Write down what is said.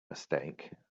mistake